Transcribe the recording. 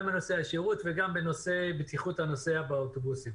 גם בנושא השירות וגם בנושא בטיחות הנוסע באוטובוסים.